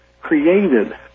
created